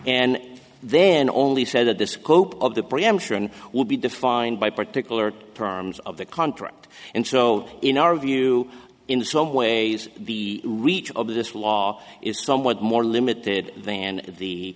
and then only said that the scope of the preemption would be defined by particular terms of the contract and so in our view in some ways the reach of this law is somewhat more limited than the